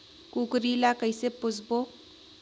कूकरी ला कइसे पोसबो?